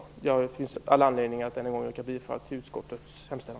Det finns all anledning att än en gång yrka bifall till utskottets hemställan.